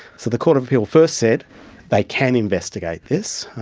so the court of appeal first said they can investigate this,